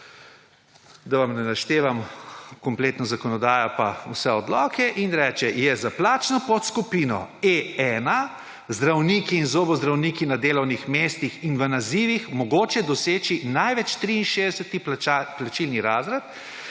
da vam ne naštevam kompletno zakonodajo in vse odloke, in reče: »je za plačno podskupino E-1 – zdravniki in zobozdravniki na delovnih mestih in v nazivih mogoče doseči največ 63. plačilni razred